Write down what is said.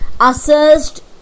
assessed